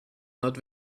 not